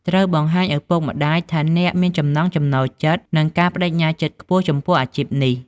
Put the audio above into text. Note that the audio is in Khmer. ត្រូវបង្ហាញឪពុកម្ដាយថាអ្នកមានចំណង់ចំណូលចិត្ត និងការប្តេជ្ញាចិត្តខ្ពស់ចំពោះអាជីពនេះ។